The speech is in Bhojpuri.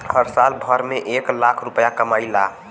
हम साल भर में एक लाख रूपया कमाई ला